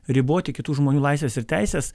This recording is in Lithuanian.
riboti kitų žmonių laisves ir teises